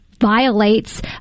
violates